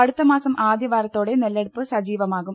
അടുത്തമാസം ആദ്യവാരത്തോടെ നെല്ലെടുപ്പ് സജീവമാകും